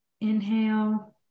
Inhale